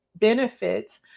benefits